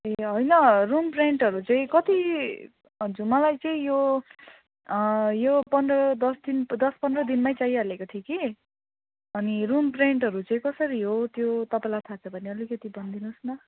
ए होइन रुम रेन्टहरू चाहिँ कति हजुर मलाई चाहिँ यो यो पन्ध्र दस दिन दस पन्ध्र दिनमै चाहिहालेको थियो कि अनि रुम रेन्टहरू चाहिँ कसरी हो त्यो तपाईँलाई थाहा छ भने अलिकति भनिदिनुहोस् न